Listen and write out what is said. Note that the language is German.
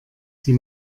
sie